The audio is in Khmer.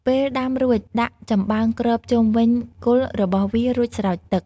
ពេលដាំរួចដាក់ចំបើងគ្របជុំវិញគល់របស់វារួចស្រោចទឹក។